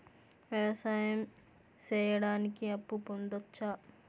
వ్యవసాయం సేయడానికి అప్పు పొందొచ్చా?